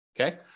Okay